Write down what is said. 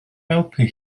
helpu